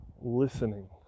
Listening